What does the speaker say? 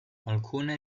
alcune